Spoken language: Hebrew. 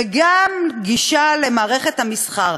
וגם גישה למערכת המסחר.